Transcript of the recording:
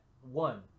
one